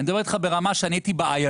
אני מדבר איתך ברמה שאני הייתי באיילון,